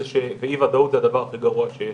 ואי ודאות זה הדבר הכי גרוע שיש.